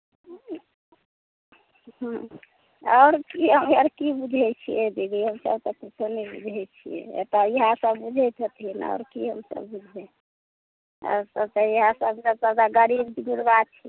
आओर हम आओर की बुझैत छियै दीदी हमसभ तऽ कुच्छो नहि बुझैत छियै एतय इएहसभ बुझैत छथिन आओर की हमसभ बुझबै आओर सभ तऽ इएहसभ हमसभ तऽ गरीब गुरबा छी